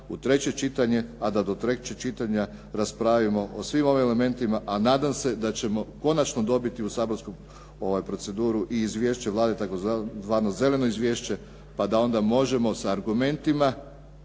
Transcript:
u treće čitanje a da do trećeg čitanja raspravimo o svim ovim elementima a nadam se da ćemo konačno dobiti u saborsku proceduru i izvješće Vlade tzv. zeleno izvješće, pa da onda možemo sa argumentima